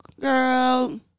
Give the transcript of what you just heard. girl